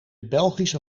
belgische